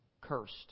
cursed